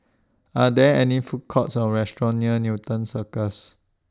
Are There any Food Courts Or restaurants near Newton Cirus